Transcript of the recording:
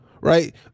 right